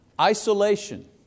isolation